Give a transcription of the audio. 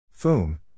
Foom